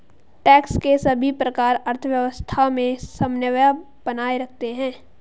tax के सभी प्रकार अर्थव्यवस्था में समन्वय बनाए रखते हैं